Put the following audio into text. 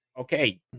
okay